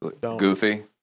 Goofy